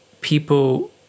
people